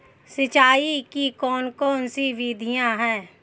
सिंचाई की कौन कौन सी विधियां हैं?